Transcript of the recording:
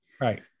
Right